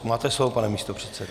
Máte slovo, pane místopředsedo.